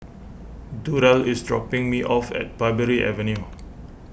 Durrell is dropping me off at Parbury Avenue